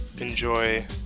Enjoy